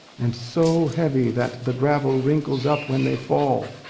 and so heavy that the gravel wrinkles up when they fall.